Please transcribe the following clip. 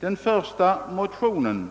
Den första motionen